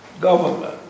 government